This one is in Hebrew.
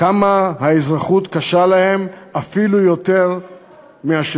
כמה האזרחות קשה להם אפילו יותר מהשירות,